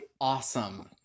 awesome